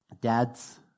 dads